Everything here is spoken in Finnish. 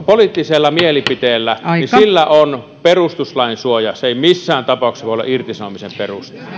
poliittisella mielipiteellä on perustuslain suoja se ei missään tapauksessa voi olla irtisanomisen peruste